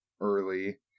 early